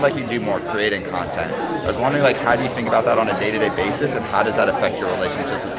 like you do more creating content, i was wondering like how do you think about that on a day to day basis and how does that affect your relationships with